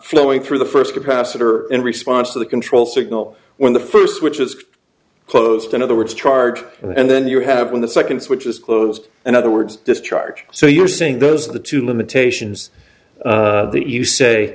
flowing through the first capacitor in response to the control signal when the first which is closed in other words charge and then you have when the second switch is closed and other words discharge so you are seeing those are the two limitations that you say